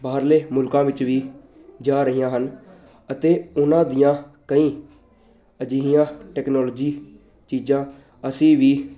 ਬਾਹਰਲੇ ਮੁਲਕਾਂ ਵਿੱਚ ਵੀ ਜਾ ਰਹੀਆਂ ਹਨ ਅਤੇ ਉਹਨਾਂ ਦੀਆਂ ਕਈ ਅਜਿਹੀਆਂ ਟੈਕਨੋਲੋਜੀ ਚੀਜ਼ਾਂ ਅਸੀਂ ਵੀ